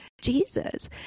Jesus